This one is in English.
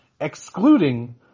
excluding